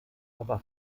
aber